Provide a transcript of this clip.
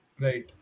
right